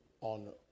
on